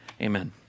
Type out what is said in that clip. Amen